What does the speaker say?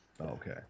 Okay